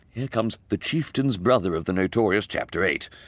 here comes the chieftain's brother of the notorious chapter eight.